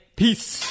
Peace